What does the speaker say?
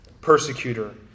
persecutor